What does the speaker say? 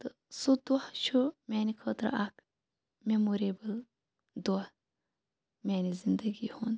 تہٕ سُہ دۄہ چھُ میانہِ خٲطرٕ اَکھ میموریبٕل دۄہ میانہِ زِنٛدگی ہُنٛد